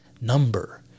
number